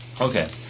Okay